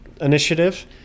initiative